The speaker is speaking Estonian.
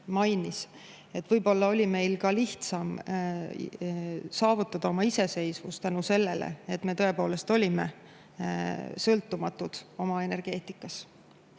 võib-olla oli meil lihtsam saavutada oma iseseisvust tänu sellele, et me tõepoolest olime sõltumatud oma energeetikas. Kuidas